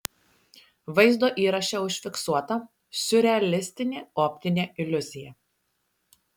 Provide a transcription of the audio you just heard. vaizdo įraše užfiksuota siurrealistinė optinė iliuzija